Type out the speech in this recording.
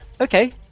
Okay